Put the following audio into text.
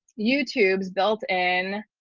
youtube's built in.